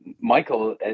michael